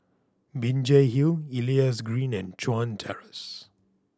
Binjai Hill Elias Green and Chuan Terrace